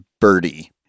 Birdie